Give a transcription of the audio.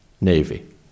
Navy